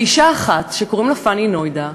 ואישה אחת, פאני נוידא,